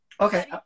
okay